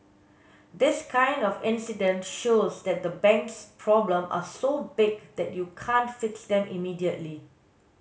this kind of incident shows that the bank's problem are so big that you can't fix them immediately